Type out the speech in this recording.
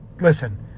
listen